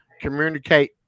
Communicate